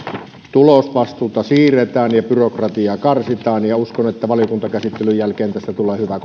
tulosvastuuta siirretään ja byrokratiaa karsitaan ja uskon että valiokuntakäsittelyn jälkeen tästä tulee hyvä